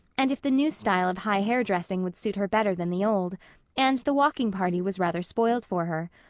and if the new style of high hair-dressing would suit her better than the old and the walking party was rather spoiled for her.